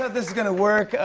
ah this is going to work.